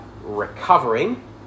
recovering